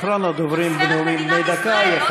והוא מדבר על לטרנספר את מדינת ישראל,